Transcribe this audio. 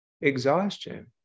Exhaustion